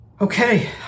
Okay